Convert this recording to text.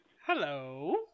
Hello